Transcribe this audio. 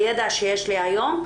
הידע שיש לי היום,